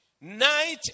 night